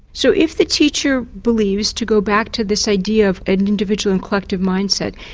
so if the teacher believes, to go back to this idea of an individual and collective mindset,